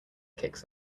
kicks